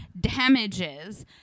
damages